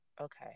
okay